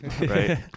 right